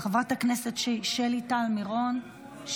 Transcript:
חברת הכנסת שלי טל מירון,